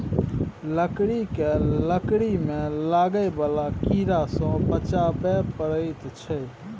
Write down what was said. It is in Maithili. लकड़ी केँ लकड़ी मे लागय बला कीड़ा सँ बचाबय परैत छै